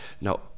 Now